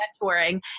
mentoring